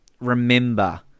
remember